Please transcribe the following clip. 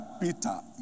Peter